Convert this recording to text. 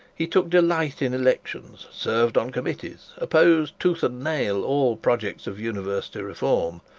he took delight in elections, served on committees, opposed tooth and nail all projects of university reform,